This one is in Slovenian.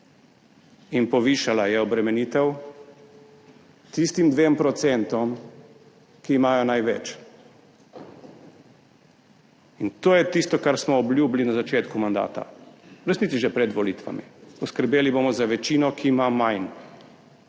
in povišala je obremenitev tistim 2 %, ki imajo največ, in to je tisto, kar smo obljubili na začetku mandata, v resnici že pred volitvami. Poskrbeli bomo za večino, ki ima manj,